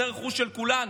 זה רכוש של כולנו,